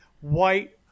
white